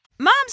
moms